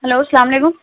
hello سلام علیکم